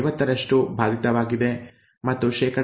50ರಷ್ಟು ಬಾಧಿತವಾಗಿದೆ ಮತ್ತು ಶೇ